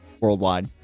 worldwide